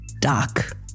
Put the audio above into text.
doc